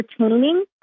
entertaining